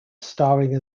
starring